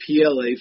PLA